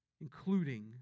Including